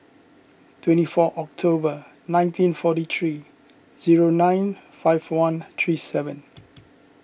twenty four October nineteen forty three zero nine five one three seven